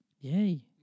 Yay